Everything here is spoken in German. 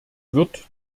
wird